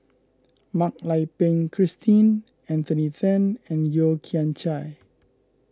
Mak Lai Peng Christine Anthony then and Yeo Kian Chai